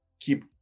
Keep